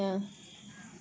ah